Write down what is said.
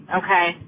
okay